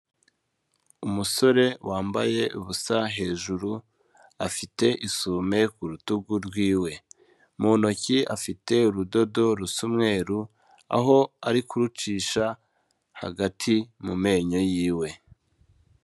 Umusore wambaye ubusa hejuru, afite isume ku rutugu rwiwe. Mu ntoki afite urudodo rusa umweru, aho ari kurucisha hagati mu menyo yiwe.